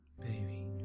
baby